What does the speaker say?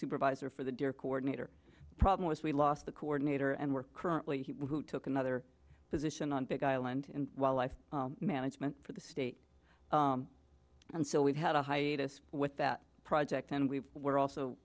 supervisor for the deer coordinator problem was we lost the coordinator and we're currently he took another position on big island and wildlife management for the state and so we've had a hiatus with that project and we've we're also